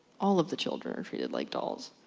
all of the children are treated like dolls.